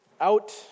out